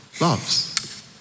loves